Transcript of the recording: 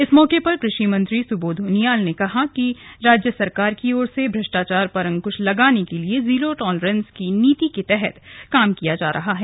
इस मौके पर कृषि मंत्री सुबोध उनियाल ने कहा कि राज्य सरकार की ओर से भ्रष्टाचार पर अंकुश लगाने के लिए जीरो टॉलरेन्स की नीति के तहत कार्य किया जा रहा है